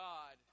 God